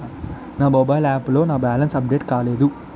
నా mobile app లో నా బ్యాలెన్స్ అప్డేట్ కాలేదు